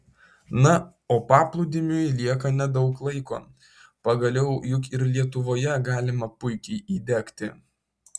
na o paplūdimiui lieka nedaug laiko pagaliau juk ir lietuvoje galima puikiai įdegti